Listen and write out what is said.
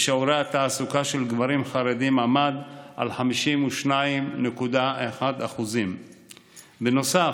ושיעור התעסוקה של גברים חרדים עמד על 52.1%. בנוסף,